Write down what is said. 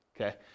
okay